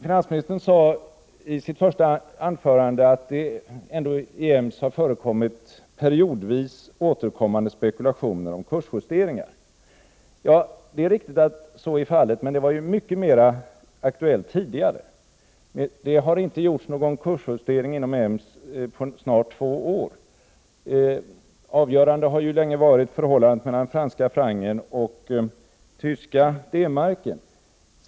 Finansministern sade i sitt första anförande att det ändå i EMS förekommit periodvis återkommande spekulationer om kursjusteringar. Det är riktigt, men det var mycket mer aktuellt tidigare. Det har inte gjorts någon kursjustering inom EMS på snart två år. Avgörande har länge varit förhållandet mellan den franska francen och den tyska D-marken.